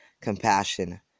compassion